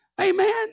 Amen